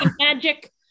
magic